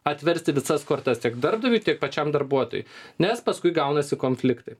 atversti visas kortas tiek darbdaviui tiek pačiam darbuotojui nes paskui gaunasi konfliktai